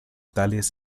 tales